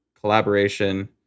collaboration